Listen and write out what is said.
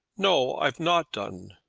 no i've not done.